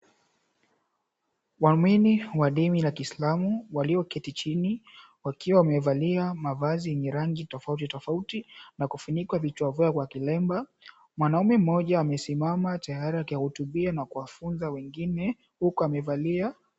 Waumini wa dini la kiislamu walioketi chini wakiwa wamevalia mavazi yenye rangi tofauti tofauti na kufunika vichwa vyao kwa kilemba, mwanaume mmoja amesimama tayari akiwahutubia na kufunza wengine huku amevalia.